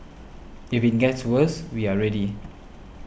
if it gets worse we are ready